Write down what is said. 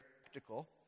practical